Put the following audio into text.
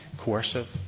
coercive